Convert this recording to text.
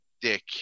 dick